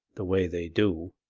the way they do.